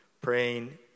praying